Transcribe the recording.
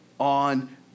on